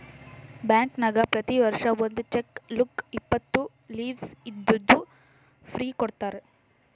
ಬ್ಯಾಂಕ್ನಾಗ್ ಪ್ರತಿ ವರ್ಷ ಒಂದ್ ಚೆಕ್ ಬುಕ್ ಇಪ್ಪತ್ತು ಲೀವ್ಸ್ ಇದ್ದಿದ್ದು ಫ್ರೀ ಕೊಡ್ತಾರ